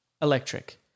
electric